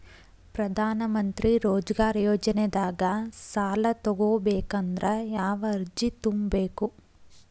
ಪ್ರಧಾನಮಂತ್ರಿ ರೋಜಗಾರ್ ಯೋಜನೆದಾಗ ಸಾಲ ತೊಗೋಬೇಕಂದ್ರ ಯಾವ ಅರ್ಜಿ ತುಂಬೇಕು?